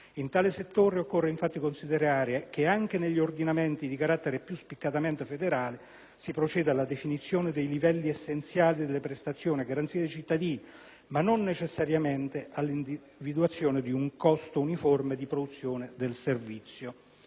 In tale settore occorre infatti considerare che anche negli ordinamenti di carattere più spiccatamente federale si procede alla definizione dei livelli essenziali delle prestazioni a garanzia dei cittadini, ma non necessariamente all'individuazione di un costo uniforme di produzione del servizio.